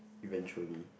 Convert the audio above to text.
eventually